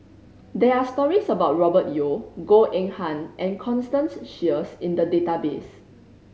there are stories about Robert Yeo Goh Eng Han and Constance Sheares in the database